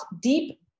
deep